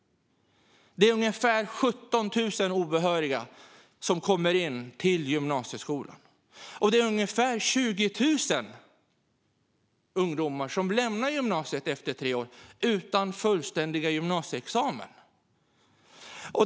Det är ungefär 17 000 obehöriga som kommer in på gymnasieskolan, och det är ungefär 20 000 ungdomar som lämnar gymnasiet efter tre år utan fullständig gymnasieexamen.